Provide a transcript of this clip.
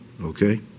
okay